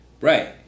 right